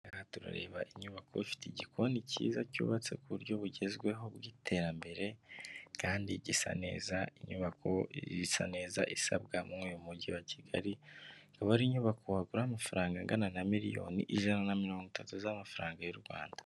Turareba inyubako ifite igikoni cyiza cyubatse ku buryo bugezweho bw'iterambere kandi gisa neza inyubako isa neza isabwa mu mujyi wa kigaliba ari inyubako wagura amafaranga angana na miliyoni ijana na mirongo itatu z'amafaranga y'u Rwanda.